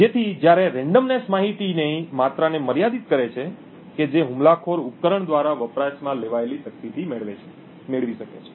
જેથી જ્યારે રેન્ડમનેસ માહિતીની માત્રાને મર્યાદિત કરે છે કે જે હુમલાખોર ઉપકરણ દ્વારા વપરાશમાં લેવાયેલી શક્તિથી મેળવી શકે છે